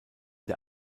der